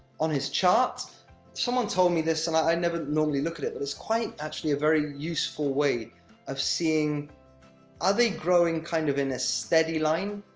on his chart someone told me this, and i never normally look at it, but it's quite actually a very useful way of seeing are they growing, kind of, in a steady line.